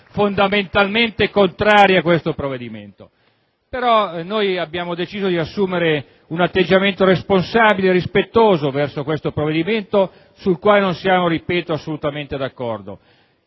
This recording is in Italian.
fondamentalmente contrari a questo provvedimento. Abbiamo, tuttavia, deciso di assumere un atteggiamento responsabile e rispettoso verso questo provvedimento, sul quale non siamo - ripeto - assolutamente d'accordo.